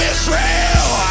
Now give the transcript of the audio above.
Israel